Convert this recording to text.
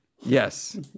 yes